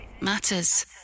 matters